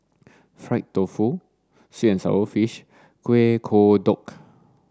Fried Tofu Sweet and Sour Fish Kuih Kodok